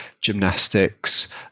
gymnastics